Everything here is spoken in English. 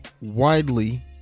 widely